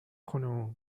خانم